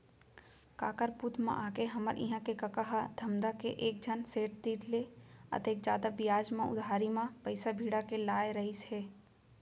काकर बुध म आके हमर इहां के कका ह धमधा के एकझन सेठ तीर ले अतेक जादा बियाज म उधारी म पइसा भिड़ा के लाय रहिस हे